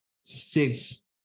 six